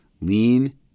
lean